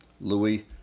Louis